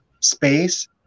space